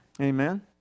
Amen